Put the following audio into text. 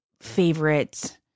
favorite